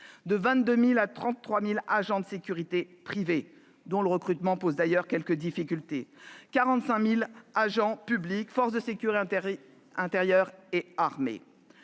22 000 et 33 000 agents de sécurité privés, dont le recrutement pose d'ailleurs quelques difficultés, et 45 000 agents publics- forces de sécurité intérieure et armée.